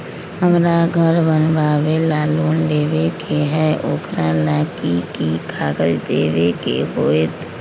हमरा घर बनाबे ला लोन लेबे के है, ओकरा ला कि कि काग़ज देबे के होयत?